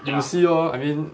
you see lor I mean